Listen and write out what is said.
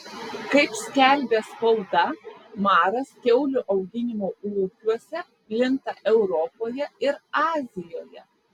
kaip skelbia spauda maras kiaulių auginimo ūkiuose plinta europoje ir azijoje